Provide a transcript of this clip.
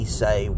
say